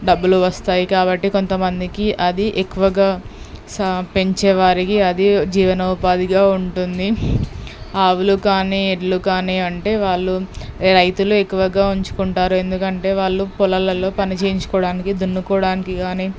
డబ్బులు వస్తాయి కాబట్టి కొంతమందికి అది ఎక్కువగా సా పెంచే వారికి అది జీవనోపాధిగా ఉంటుంది ఆవులు కానీ ఎడ్లు కానీ అంటే వాళ్ళు రైతులు ఎక్కువగా ఉంచుకుంటారు ఎందుకంటే వాళ్ళు పొలాల్లో పనిచేయించుకోవడానికి దున్నుకోడానికి కానీ